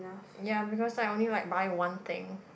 ya because I only like buy one thing